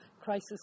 crisis